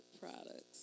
products